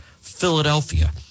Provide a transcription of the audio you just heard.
Philadelphia –